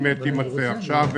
אם תימצא הדרך.